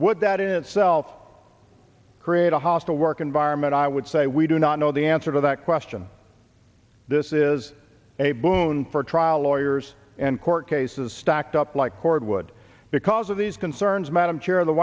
would that in itself create a hostile work environment i would say we do not know the answer to that question this is a boon for trial lawyers and court cases stacked up like cordwood because of these concerns madam chair